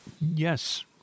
Yes